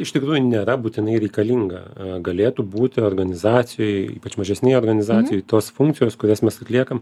iš tikrųjų nėra būtinai reikalinga galėtų būti organizacijoj ypač mažesnėj organizacijoj tos funkcijos kurias mes atliekam